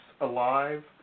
alive